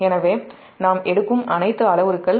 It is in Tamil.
எனவே நாம் எடுக்கும் அனைத்து அளவுருக்கள்